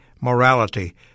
morality